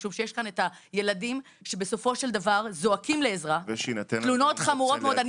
משום שיש כאן את הילדים שבסופו של דבר זועקים לעזרה תלונות חמורות מאוד.